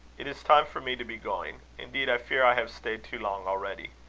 it is time for me to be going. indeed, i fear i have stayed too long already.